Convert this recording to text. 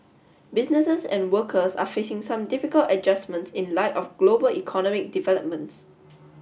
businesses and workers are facing some difficult adjustments in light of global economic developments